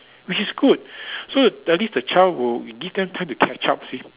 which is good so at least the child will give them time to catch up you see